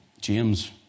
James